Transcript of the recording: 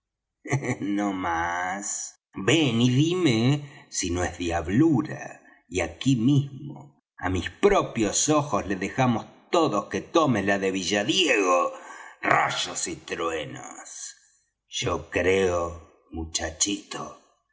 no más ven y díme si no es diablura y aquí mismo á mis propios ojos le dejamos todos que tome las de villadiego rayos y truenos yo creo muchachito